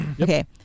Okay